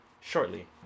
shortly